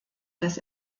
des